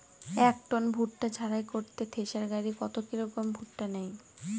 এক টন ভুট্টা ঝাড়াই করতে থেসার গাড়ী কত কিলোগ্রাম ভুট্টা নেয়?